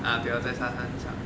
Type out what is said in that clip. ah 对咯在沙滩上